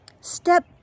Step